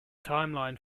timeline